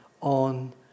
on